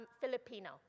Filipino